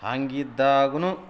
ಹಾಂಗಿದ್ದಾಗ್ಲು